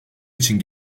için